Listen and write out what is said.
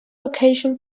location